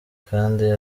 kandi